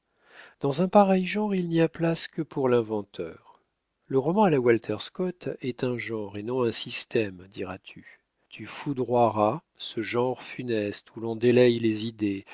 dans un pareil genre il n'y a place que pour l'inventeur le roman à la walter scott est un genre et non un système diras-tu tu foudroieras ce genre funeste où l'on délaye les idées